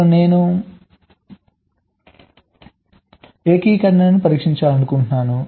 అస్సలు నేను కోర్ల ఏకీకరణను పరీక్షించాలనుకుంటున్నాను